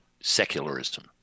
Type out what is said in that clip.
secularism